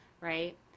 right